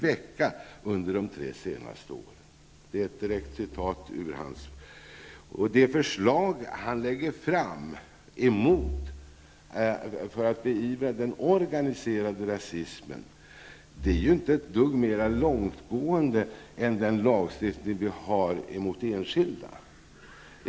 Det förslag som justitiekanslern lägger fram för att beivra den organiserade rasismen är ju inte ett dugg mera långtgående än den lagstiftning som vi har emot enskilda.